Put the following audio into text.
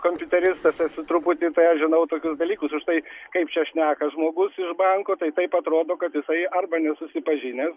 kompiuteristas esu truputį tai aš žinau tokius dalykus už tai kaip čia šneka žmogus iš banko tai taip atrodo kad jisai arba nesusipažinęs